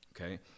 okay